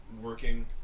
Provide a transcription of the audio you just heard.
working